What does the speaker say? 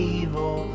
evil